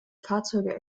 fahrzeuge